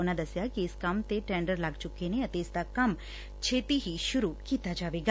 ਉਨੂਾਂ ਦਸਿਆ ਕਿ ਇਸ ਕੰਮ ਦੇ ਟੈਂਡਰ ਲੱਗ ਚੁੱਕੇ ਨੇ ਅਤੇ ਇਸ ਦਾ ਕੰਮ ਛੇਤੀ ਹੀ ਸ਼ੁਰੂ ਹੋ ਜਾਏਗਾ